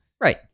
Right